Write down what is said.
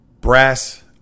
brass